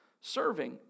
serving